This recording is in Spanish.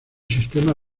sistema